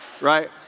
right